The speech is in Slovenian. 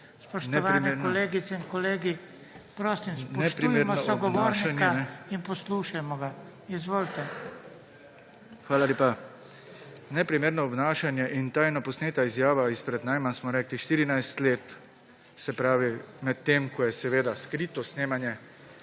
Spoštovani kolegice in kolegi, prosim, spoštujemo sogovornika in poslušajmo ga. Izvolite. **JOŽEF LENART (PS SDS):** Hvala lepa. Neprimerno obnašanje in tajno posneta izjava izpred najmanj, smo rekli, 14 let, medtem ko je seveda skrito snemanje